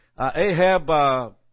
Ahab